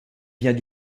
vient